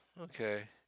Okay